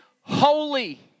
holy